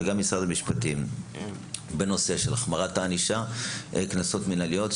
וגם משרד המשפטים בנושא של החמרת הענישה והקנסות המנהליות,